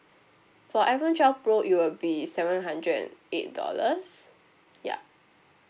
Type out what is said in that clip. for iphone twelve pro it will be seven hundred and eight dollars yup